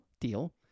deal